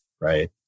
Right